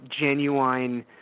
genuine